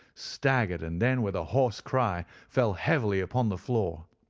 staggered, and then, with a hoarse cry, fell heavily upon the floor.